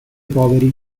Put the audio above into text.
poveri